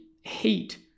hate